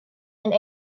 and